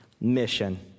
mission